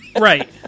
Right